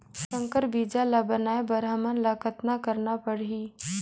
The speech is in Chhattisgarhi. संकर बीजा ल बनाय बर हमन ल कतना करना परही?